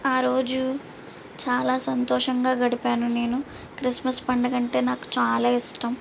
ఆరోజు చాలా సంతోషంగా గడిపాను నేను క్రిస్మస్ పండగ అంటే నాకు చాలా ఇష్టం